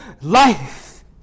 life